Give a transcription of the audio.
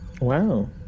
Wow